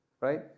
right